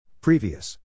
Previous